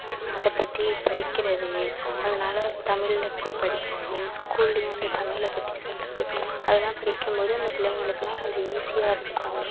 அதை பற்றி படிக்கிறது அதனால் தமிழில் போய் படிக்கிறது ஸ்கூல்லையும் வந்து தமிழ பற்றி சொல்றது அதுலாம் படிக்கும் போது அந்த பிள்ளைங்களுக்குலாம் கொஞ்சம் ஈஸியாக இருக்கும்